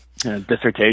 dissertation